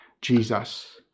Jesus